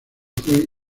fue